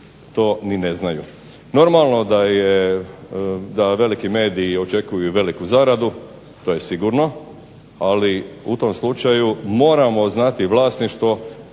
to ni ne znaju. Normalno da veliki mediji očekuju i veliku zaradu. To je sigurno. Ali u tom slučaju moramo znati vlasništvo,